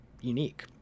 unique